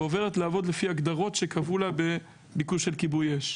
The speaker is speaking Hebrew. ועוברת לעבוד לפי הגדרות שקבעו לה בביקוש של כיבוי אש.